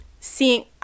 seeing